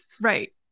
Right